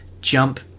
jump